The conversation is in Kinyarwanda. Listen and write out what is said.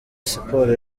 siporo